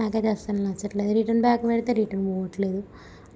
నాకైతే అస్సలు నచ్చట్లేదు రిటర్న్ బ్యాక్ పెడితే రిటర్న్ పోవట్లేదు